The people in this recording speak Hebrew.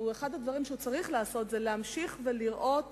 אחד הדברים שהוא צריך לעשות זה להמשיך ולראות